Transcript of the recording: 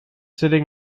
sitting